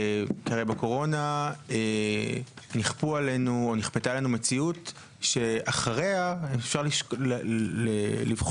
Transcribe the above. בקורונה נכפתה עלינו מציאות שאחריה אפשר לבחון